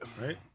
right